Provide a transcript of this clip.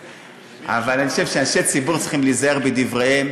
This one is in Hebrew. אבל אני חושב שאנשי ציבור צריכים להיזהר בדבריהם,